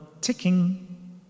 ticking